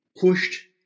pushed